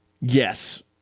Yes